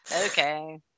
Okay